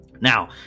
Now